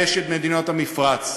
ויש את מדינות המפרץ.